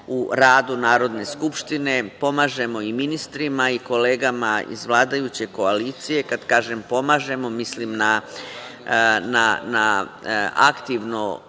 u radu Narodne skupštine, pomažemo i ministrima i kolegama iz vladajuće koalicije. Kad kažem pomažemo, mislim na aktivno